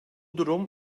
durum